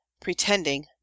Pretending